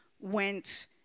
went